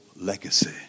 legacy